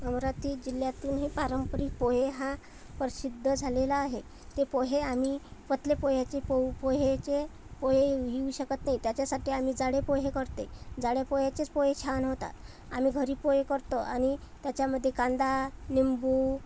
अमरावती जिल्ह्यातून हे पारंपरिक पोहे हा प्रसिद्ध झालेला आहे ते पोहे आम्ही पतले पोह्याचे पोहेचे पोहे घेऊ शकत नाही त्याच्यासाठी आम्ही जाडे पोहे करते जाडे पोह्याचेच पोहे छान होतात आम्ही घरी पोहे करतो आणि त्याच्यामध्ये कांदा निंबू